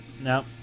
No